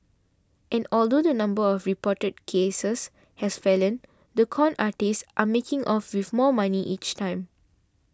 and although the number of reported cases has fallen the con artists are making off with more money each time